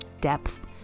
depth